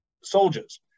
soldiers